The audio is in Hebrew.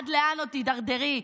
עד לאן עוד תידרדרי?